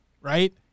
right